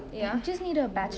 ya